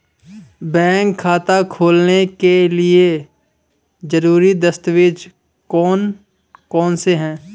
Bank खाता खोलने के लिए ज़रूरी दस्तावेज़ कौन कौनसे हैं?